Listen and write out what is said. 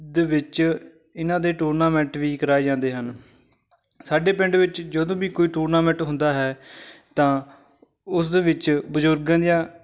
ਦੇ ਵਿੱਚ ਇਹਨਾਂ ਦੇ ਟੂਰਨਾਮੈਂਟ ਵੀ ਕਰਾਏ ਜਾਂਦੇ ਹਨ ਸਾਡੇ ਪਿੰਡ ਵਿੱਚ ਜਦੋਂ ਵੀ ਕੋਈ ਟੂਰਨਾਮੈਂਟ ਹੁੰਦਾ ਹੈ ਤਾਂ ਉਸਦੇ ਵਿੱਚ ਬਜ਼ੁਰਗਾਂ ਜਾਂ